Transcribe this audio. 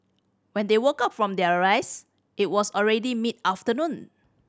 when they woke up from their rest it was already mid afternoon